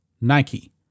Nike